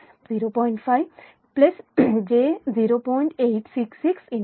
5 j 0